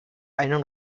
einen